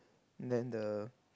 then the